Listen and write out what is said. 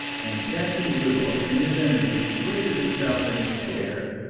and captain boodle in his energy twisted himself in his chair,